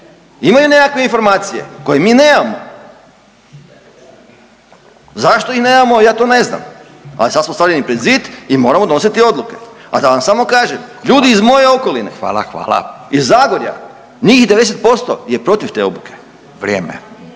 Imao je nekakve informacije koje mi nemamo. Zašto ih nemamo ja to ne znam. Ali sad smo stavljeni pred zid i moramo nositi odluke. A da vam samo kažem ljudi iz moje okoline … …/Upadica Radin: Hvala. Hvala.